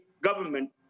government